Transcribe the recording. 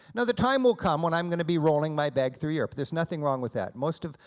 now the time will come when i'm going to be rolling my bag through europe, there's nothing wrong with that. most of,